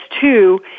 two